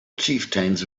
chieftains